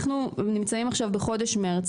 אנחנו נמצאים עכשיו בחודש מרץ,